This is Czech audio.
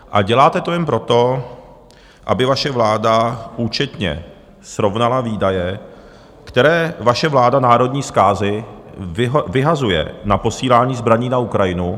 A děláte to jen proto, aby vaše vláda účetně srovnala výdaje, které vaše vláda národní zkázy vyhazuje na posílání zbraní na Ukrajinu.